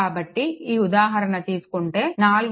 కాబట్టి ఈ ఉదాహరణ తీసుకుంటే 4